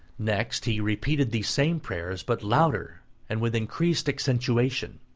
next, he repeated thee same prayers, but louder and with increased accentuation.